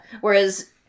Whereas